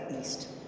East